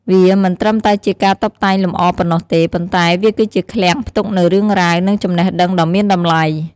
វាមិនត្រឹមតែជាការតុបតែងលម្អប៉ុណ្ណោះទេ ប៉ុន្តែវាគឺជាឃ្លាំងផ្ទុកនូវរឿងរ៉ាវ និងចំណេះដឹងដ៏មានតម្លៃ។